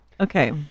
Okay